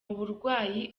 uburwayi